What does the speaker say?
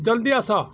ଜଲ୍ଦି ଆସ